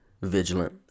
vigilant